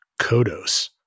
Kodos